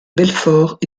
belfort